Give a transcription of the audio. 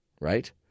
right